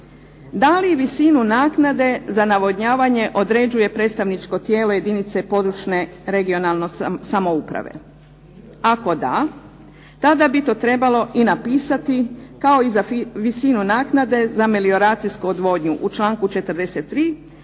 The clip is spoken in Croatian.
da li visinu naknade za navodnjavanje određuje predstavničko tijelo jedinice područne i regionalne samouprave. Ako da, tada bi to trebalo i napisati kao i za visinu naknade za melioracijsku odvodnju, u članku 43.